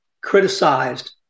criticized